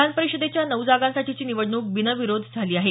विधान परिषदेच्या नऊ जागांसाठीची निवडणूक बिनविरोध झाली आहे